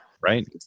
Right